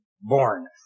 born